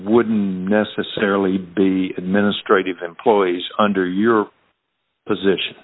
wouldn't necessarily be administrative employees under your position